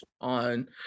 on